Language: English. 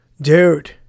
dude